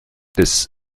des